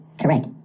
correct